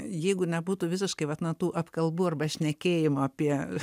jeigu nebūtų visiškai vat na tų apkalbų arba šnekėjimo apie